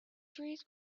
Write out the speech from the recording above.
trees